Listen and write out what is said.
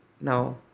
No